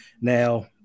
Now